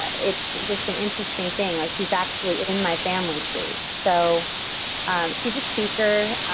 ah it's just an interesting thing like she's actually in my family tree. so she's a speaker.